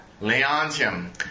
Leontium